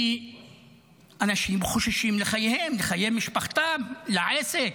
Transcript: כי אנשים חוששים לחייהם, לחיי משפחתם, לעסק,